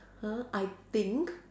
!huh! I think